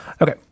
Okay